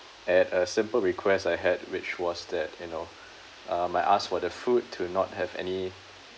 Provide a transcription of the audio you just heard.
at a simple request I had which was that you know um I asked for the food to not have any